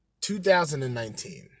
2019